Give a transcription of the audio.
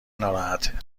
ناراحته